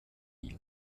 die